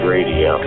Radio